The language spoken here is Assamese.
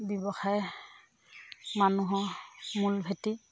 ব্যৱসায় মানুহৰ মূল ভেটি